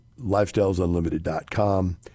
lifestylesunlimited.com